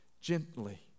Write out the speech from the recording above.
gently